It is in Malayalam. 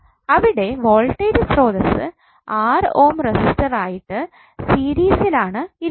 അവിടെ വോൾടേജ് സ്രോതസ്സ് 6 ഓം റെസിസ്റ്റർ ആയിട്ട് സീരീസിൽ ആണ് ഇരിക്കുന്നത്